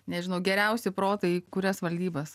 nežinau geriausi protai į kurias valdybas